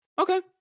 Okay